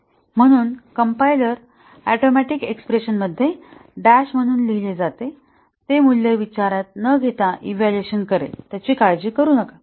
म्हणून compiler atomic expression म्हणजे dash म्हणून लिहिले जाते ते मूल्य विचारात न घेता इव्हॅल्युएशन करेल काळजी करू नका